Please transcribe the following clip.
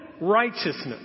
righteousness